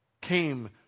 came